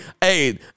hey